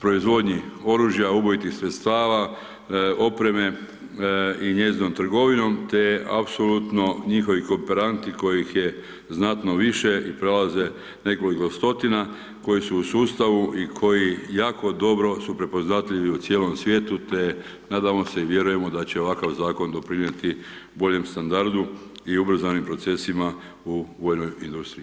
proizvodnji oružja, ubojitih sredstava, opreme i njezinom trgovinom, te apsolutno njihovih kooperanti kojih je znatno više i prelaze nekoliko stotina, koji su u sustavu i koji su jako dobro prepoznatljivi u cijelom svijetu, te nadamo se i vjerujemo da će ovakav zakon doprinijeti boljem standardu i ubrzanim procesima u vojnoj industriji.